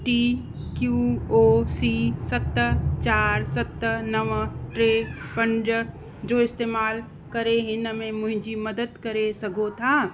T Q O C सत चारि सत नव टे पंज जो इस्तेमालु करे हिन में मुंहिंजी मदद करे सघो था